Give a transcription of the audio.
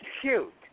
cute